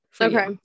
Okay